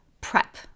prep